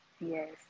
Yes